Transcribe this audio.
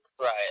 right